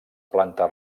planta